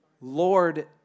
Lord